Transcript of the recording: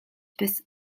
bis